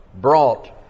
brought